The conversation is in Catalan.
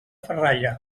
ferralla